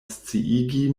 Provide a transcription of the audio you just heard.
sciigi